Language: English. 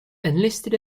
enlisted